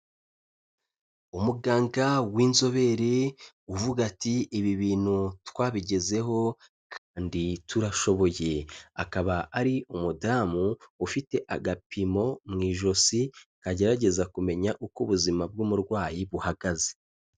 Umuganga w'inzobere uvuga ati:" Ibi bintu twabigezeho kandi turashoboye", akaba ari umudamu ufite agapimo mu ijosi, kagerageza kumenya uko ubuzima bw'umurwayi buhagaze.